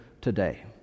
today